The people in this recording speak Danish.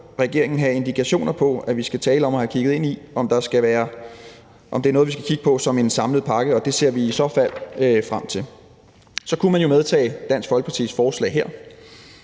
regeringen have indikeret, at vi skal tale om at se på, om det er noget, vi skal have kigget på som en samlet pakke, og det ser vi i så fald frem til. Så kunne man jo vedtage Dansk Folkepartis forslag her.